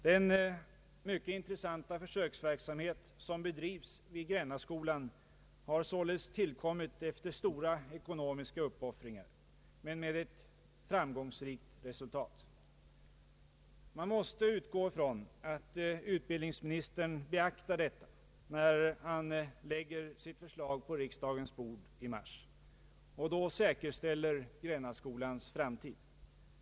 Den mycket intressanta försöksverksamhet som bedrivs vid Grännaskolan har således tillkommit efter stora ekonomiska uppoffringar, men den har varit framgångsrik. Man måste utgå från att utbildningsministern när han lägger sitt förslag på riksdagens bord i mars beaktar detta och då säkerställer Grännaskolans framtid.